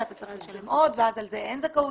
אתה צריך לשלם עוד ועל זה אין זכאות.